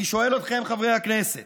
אני שואל אתכם, חברי הכנסת: